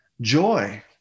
joy